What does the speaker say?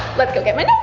let's go get my